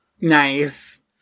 Nice